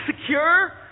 secure